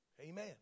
Amen